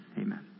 Amen